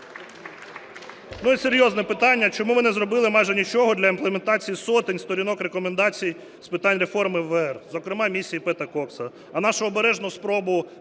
І серйозне питання. Чому ви не зробили майже нічого для імплементації сотень сторінок Рекомендацій з питань реформи ВР, зокрема Місії Пета Кокса?